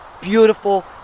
beautiful